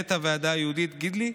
למנהלת הוועדה יהודית גידלי,